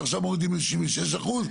ועכשיו מורידים ל-76 אחוז.